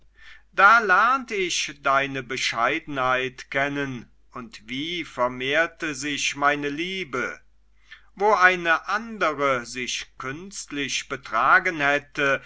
da lernt ich deine bescheidenheit kennen und wie vermehrte sich meine liebe wo eine andere sich künstlich betragen hätte